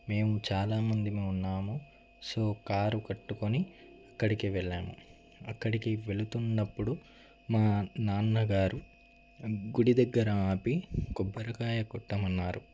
మేము చాలా మందిమి ఉన్నాము సో కార్ కట్టుకుని అక్కడికి వెళ్ళాము అక్కడికి వెళ్తున్నపుడు మా నాన్నగారు గుడి దగ్గర ఆపి కొబ్బరి కాయ కొట్టమన్నారు